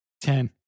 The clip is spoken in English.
Ten